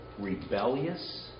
rebellious